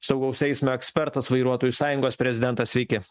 saugaus eismo ekspertas vairuotojų sąjungos prezidentas sveiki